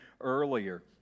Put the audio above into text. earlier